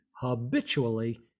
habitually